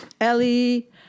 Ellie